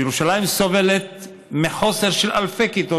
ירושלים סובלת מחוסר של אלפי כיתות,